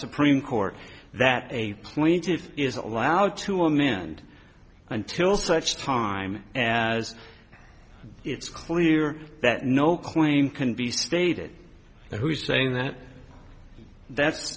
supreme court that a plaintive is allowed to amend until such time as it's clear that no claim can be stated who's saying that that